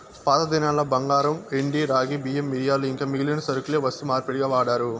పాతదినాల్ల బంగారు, ఎండి, రాగి, బియ్యం, మిరియాలు ఇంకా మిగిలిన సరకులే వస్తు మార్పిడిగా వాడారు